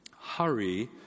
hurry